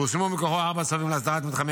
פורסמו מכוחו ארבעה צווים להסדרת מתחמי